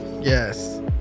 Yes